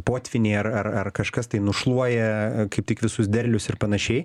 potvyniai ar ar ar kažkas tai nušluoja kaip tik visus derlius ir panašiai